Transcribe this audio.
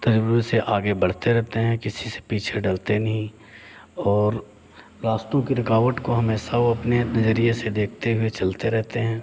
तज़ुर्बे से आगे बढ़ते रहते हैं किसी से पीछे डरते नहीं और रास्तों की रुकावट को हमेशा वो अपने नज़रिये से देखते हुए चलते रहते हैं